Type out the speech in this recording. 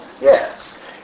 Yes